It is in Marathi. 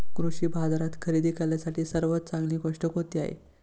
कृषी बाजारात खरेदी करण्यासाठी सर्वात चांगली गोष्ट कोणती आहे?